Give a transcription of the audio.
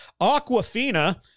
Aquafina